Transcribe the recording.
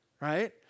right